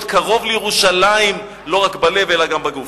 להיות קרוב לירושלים לא רק בלב אלא גם בגוף.